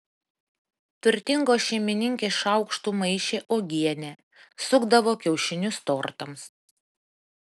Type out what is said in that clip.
turtingos šeimininkės šaukštu maišė uogienę sukdavo kiaušinius tortams